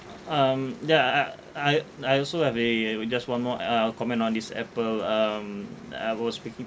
um ya I I I I also have a uh just one more uh uh comment on this Apple um I was speaking